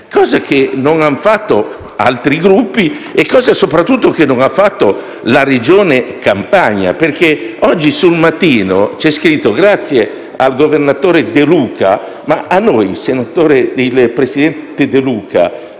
cosa che non hanno fatto altri Gruppi e cosa, soprattutto, che non ha fatto la Regione Campania. Ebbene, oggi su «Il Mattino» c'è scritto: grazie al governatore De Luca; ma a noi dal presidente della